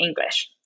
english